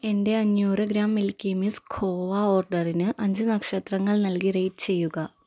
എന്റെ അഞ്ഞൂറ് gram milky mist khoa ഓഡറിന് അഞ്ച് നക്ഷത്രങ്ങൾ നൽകി റേറ്റ് ചെയ്യുക